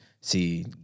see